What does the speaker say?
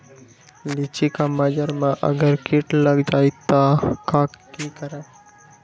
लिचि क मजर म अगर किट लग जाई त की करब?